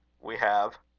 we have,